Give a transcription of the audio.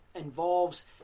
involves